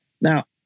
Now